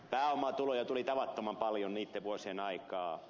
pääomatuloja tuli tavattoman paljon niitten vuosien aikaan